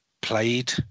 played